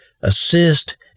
assist